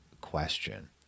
question